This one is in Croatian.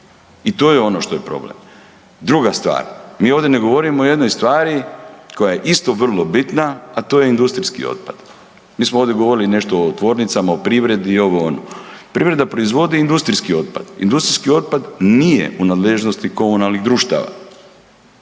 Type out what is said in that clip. i to je ono što je problem. Druga stvar, mi ovdje ne govorimo o jednoj stvari koja je isto vrlo bitna, a to je industrijski otpad. Mi smo ovdje govorili nešto o tvornicama, o privredi, ovo, ono. Privreda proizvodi industrijski otpad. Industrijski otpad nije u nadležnosti komunalnih društava.